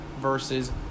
Versus